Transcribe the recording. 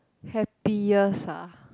happiest ah